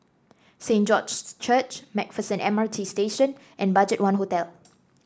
Saint George's Church MacPherson M R T Station and BudgetOne Hotel